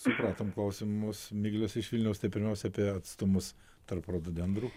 supratom klausimus miglės iš vilniaus tai pirmiausia apie atstumus tarp rododendrų